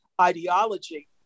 ideology